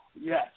Yes